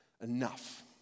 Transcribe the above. enough